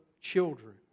children